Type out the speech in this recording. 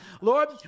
Lord